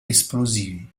esplosivi